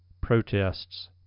protests